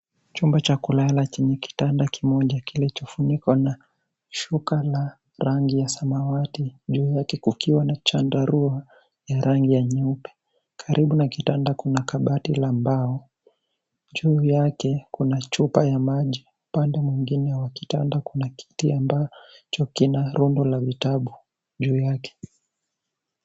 Chumba cha kulala chenye kitanda kimoja kilichofunikwa na shuka la rangi ya samawati juu yake kukiwa na chandarua ya rangi ya nyeupe. Karibu na kitanda kuna kabati la mbao. Juu yake kuna chupa ya maji. Upande mwingine wa kitanda kuna kiti ambacho kina rundo la vitabu juu yake.